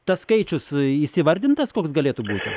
tas skaičius jis įvardintas koks galėtų būti